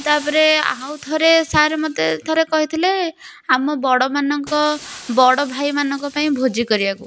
ତାପରେ ଆଉ ଥରେ ସାର୍ ମୋତେ ଥରେ କହିଥିଲେ ଆମ ବଡ଼ମାନଙ୍କ ବଡ଼ ଭାଇମାନଙ୍କ ପାଇଁ ଭୋଜି କରିବାକୁ